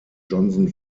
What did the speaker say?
johnson